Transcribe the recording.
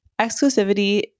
Exclusivity